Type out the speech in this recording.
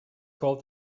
called